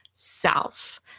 self